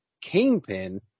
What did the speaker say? Kingpin